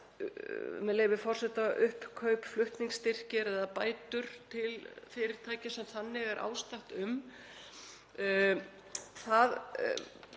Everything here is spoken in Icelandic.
með leyfi forseta, uppkaup, flutningsstyrkir eða bætur til fyrirtækja sem þannig er ástatt um.